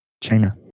China